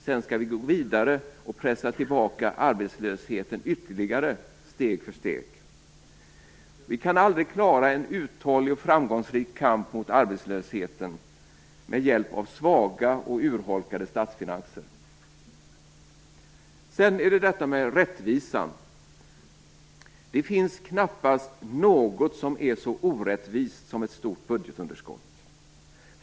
Sedan skall vi gå vidare och ytterligare pressa tillbaka arbetslösheten steg för steg. Vi kan aldrig klara en uthållig och framgångsrik kamp mot arbetslösheten med hjälp av svaga och urholkade statsfinanser. Sedan till frågan om rättvisa. Det finns knappast något som är så orättvist som ett stort budgetunderskott.